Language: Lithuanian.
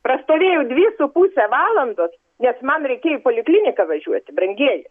prastovėjau dvi su puse valandos nes man reikėjo į polikliniką važiuoti brangieji